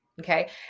Okay